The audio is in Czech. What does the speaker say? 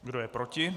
Kdo je proti?